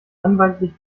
anwaltlich